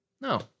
No